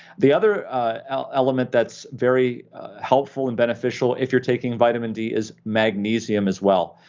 the other element that's very helpful and beneficial if you're taking vitamin d is magnesium as well,